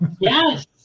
Yes